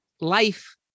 life